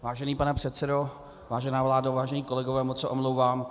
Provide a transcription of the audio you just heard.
Vážený pane předsedo, vážená vládo, vážení kolegové, moc se omlouvám.